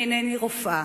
אני אינני רופאה,